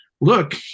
look